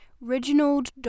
Reginald